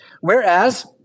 Whereas